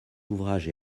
ouvrages